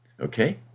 okay